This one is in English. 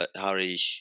Harry